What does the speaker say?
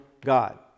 God